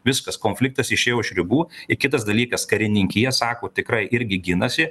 viskas konfliktas išėjo už ribų i kitas dalykas karininkija sako tikrai irgi ginasi